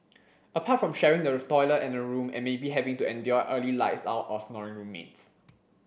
apart from sharing the toilet and a room and maybe having to endure early lights out or snoring roommates